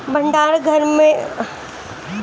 भंडार घर कईसे होखे के चाही?